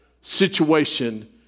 situation